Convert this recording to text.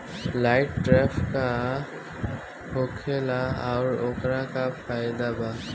Light trap का होखेला आउर ओकर का फाइदा बा?